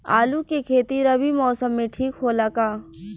आलू के खेती रबी मौसम में ठीक होला का?